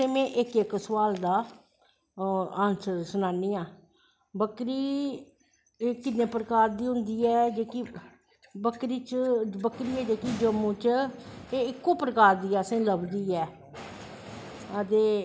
तुसेंगी में इक इक सोआल दा आंसर सनानी आं बकरी किन्नें प्रकार दी होंदी ऐ जेह्की बकरी ऐ जेह्की जम्मू च एह् इक्को प्रकार दी असोंगी लब्भदी ऐ अदे